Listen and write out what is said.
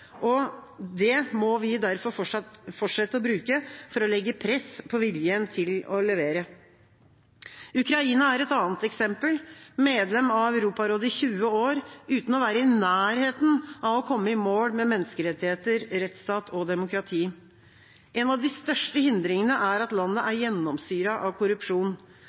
Det må vi derfor fortsette å bruke for å legge press på viljen til å levere. Ukraina er et annet eksempel – medlem av Europarådet i 20 år, uten å være i nærheten av å komme i mål med menneskerettigheter, rettsstat og demokrati. En av de største hindringene er at landet er gjennomsyret av korrupsjon.